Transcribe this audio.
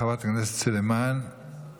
חברת הכנסת סלימאן, איננה,